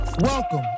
Welcome